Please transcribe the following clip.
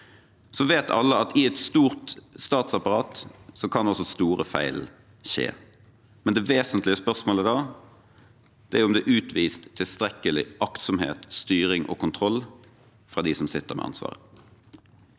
Så vet alle at i et stort statsapparat kan også store feil skje. Det vesentlige spørsmålet da er om det er utvist tilstrekkelig aktsomhet, styring og kontroll fra dem som sitter med ansvaret.